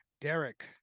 Derek